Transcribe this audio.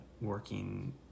working